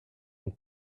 une